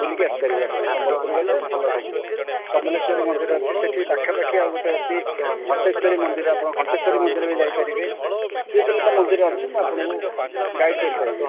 ବୁଲିକି ଆସି ପାରିବେ ଆପଣ ସମ୍ବଲପୁର ଗଲେ ଭଲ ଲାଗିବ ସମଲେଶ୍ୱରୀ ମନ୍ଦିର ଅଛି ସେଠି ପାଖା ପାଖି ଆଉ ଗୋଟେ ଅଛି ଘଣ୍ଟେଶ୍ୱରୀ ମନ୍ଦିର ଆପଣ ଘଣ୍ଟେଶ୍ୱରୀ ମନ୍ଦିର ବି ଯାଇପାରିବେ ଦୁଇ ତିନି ଟା ମନ୍ଦିର ଅଛି ମୁଁ ଆପଣଙ୍କୁ ଗାଇଡ଼ କରିପାରିବି